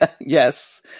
Yes